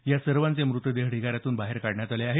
या सर्वांचे म़तदेह ढिगाऱ्यातून बाहेर काढण्यात आले आहेत